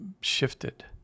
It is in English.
shifted